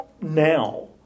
now